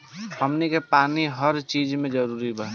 हमनी के पानी हर चिज मे जरूरी बा